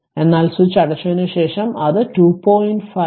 എന്നാൽ സ്വിച്ച് അടച്ചതിനുശേഷം അത് പവറിൽ 2